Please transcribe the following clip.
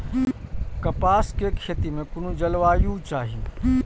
कपास के खेती में कुन जलवायु चाही?